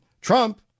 Trump